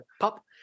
pop